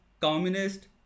communist